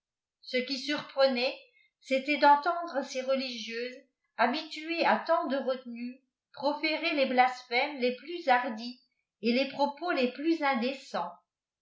ce qui surprenait c'était d'entendre ces religieuses habituées à tautde retenue proférer les blasphèmes les plus hardis et les propos les plus indécents